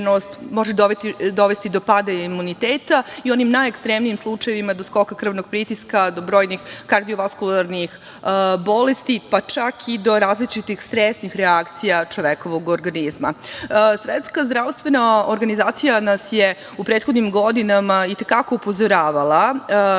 može dovesti do pada imuniteta i u onim najekstremnijim slučajevima do skoka krvnog pritiska, do brojnih kardio-vaskularnih bolesti, pa čak i do različitih stresnih reakcija čovekovog organizma. Svetska zdravstvena organizacija nas je u prethodnim godinama i te kako upozoravala na